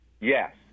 Yes